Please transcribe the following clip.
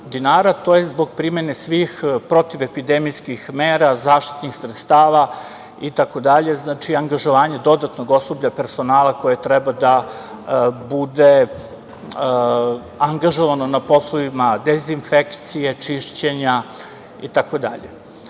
to je zbog primene svih protivepidemijskih mera, zaštitnih sredstava itd. Znači, angažovanje dodatnog osoblja, personala koji treba da bude angažovan na poslovima dezinfekcije, čišćenja itd. Ono